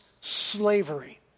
slavery